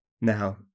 Now